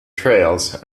trails